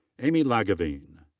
amy lagaveen.